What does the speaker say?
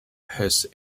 has